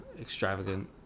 extravagant